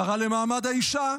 שרה למעמד האישה,